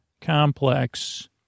complex